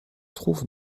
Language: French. trouve